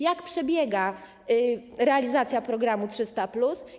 Jak przebiega realizacja programu 300+?